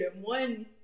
one